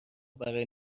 برای